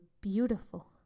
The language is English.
beautiful